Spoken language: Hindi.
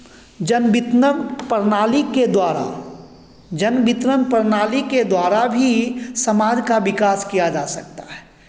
जनवितरण प्रणाली के द्वारा जन वितरण प्रणाली के द्वारा भी समाज का विकास किया जा सकता है